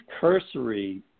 cursory